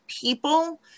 people